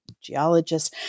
geologists